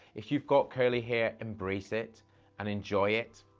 if you've got curly hair, embrace it and enjoy it.